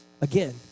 again